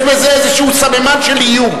יש בזה איזה סממן של איום.